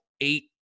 eight